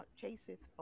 chaseth